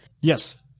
Yes